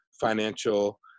financial